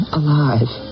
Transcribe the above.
alive